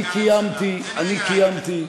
אני קיימתי,